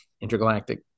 Intergalactic